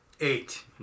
Eight